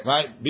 Right